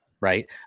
right